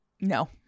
No